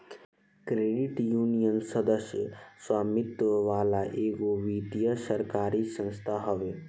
credit union, सदस्य स्वामित्व वाला एगो वित्तीय सरकारी संस्था हवे